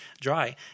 dry